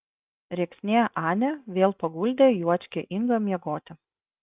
rėksnė anė vėl paguldė juočkę ingą miegoti